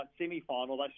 semi-final